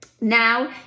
Now